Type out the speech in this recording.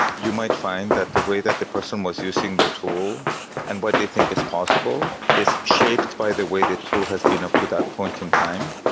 you might find that the way that the person was using the tool and what they think is possible is shaped by the way the tool has been up to that point in time.